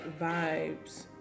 vibes